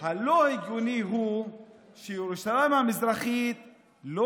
לא הגיוני הוא שירושלים המזרחית לא